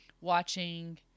watching